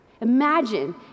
Imagine